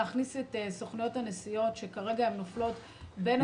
להכניס את סוכנויות הנסיעות שכרגע הן נופלות בין הכיסאות.